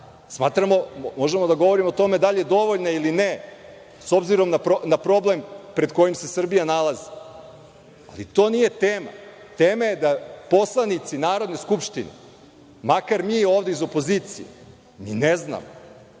dana. Možemo da govorimo o tome da li je dovoljna ili ne, s obzirom na problem pred kojim se Srbija nalazi, ali to nije tema. Tema je da poslanici Narodne skupštine, makar mi ovde iz opozicije, ne znamo